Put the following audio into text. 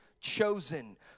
chosen